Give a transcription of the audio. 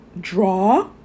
draw